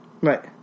Right